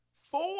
Four